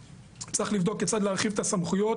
צריך לבדוק כיצד להרחיב את הסמכויות